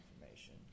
information